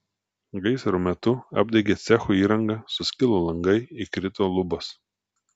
gaisro metu apdegė cecho įranga suskilo langai įkrito lubos